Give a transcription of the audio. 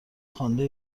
خوانده